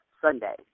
Sunday